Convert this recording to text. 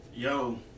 Yo